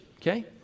Okay